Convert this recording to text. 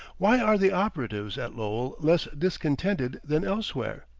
why are the operatives at lowell less discontented than elsewhere?